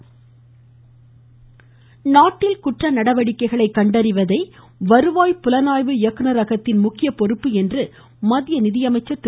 அருண்ஜேட்லி நாட்டில் குற்ற நடவடிக்கைகளை கண்டறிவதே வருவாய் புலனாய்வு இயக்குனரகத்தின் முக்கிய பொறுப்பு என்று மத்திய நிதியமைச்சர் திரு